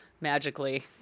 magically